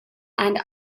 and